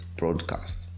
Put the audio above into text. broadcast